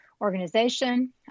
organization